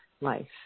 life